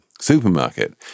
supermarket